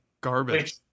garbage